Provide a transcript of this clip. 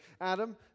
Adam